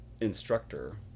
instructor